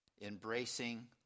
embracing